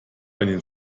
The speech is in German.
den